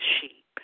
sheep